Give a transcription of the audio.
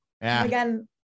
Again